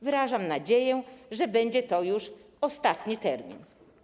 Wyrażam nadzieję, że będzie to już ostatni termin.